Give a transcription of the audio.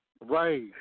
Right